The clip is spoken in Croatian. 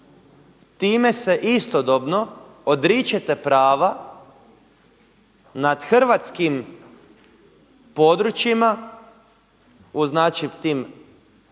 time se istodobno odričete prava nad hrvatskim područjima u tim